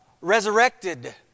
Resurrected